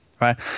right